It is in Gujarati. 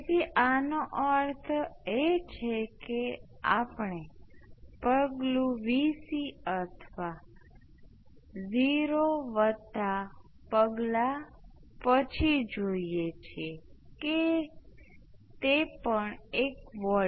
તેથી તે આપણે તેને ટાઈમ કોંસ્ટંટ વાંચવું છે તેથી મેં બધા પદોને ને R 1 R 2 થી વિભાજીત કર્યા